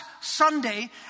Sunday